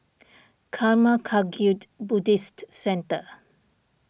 Karma Kagyud Buddhist Centre